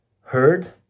heard